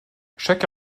chaque